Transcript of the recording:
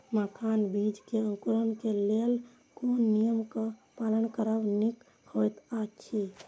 मखानक बीज़ क अंकुरन क लेल कोन नियम क पालन करब निक होयत अछि?